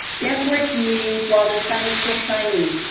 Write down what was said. get what you need while the sun is still shining.